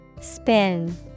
Spin